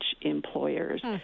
employers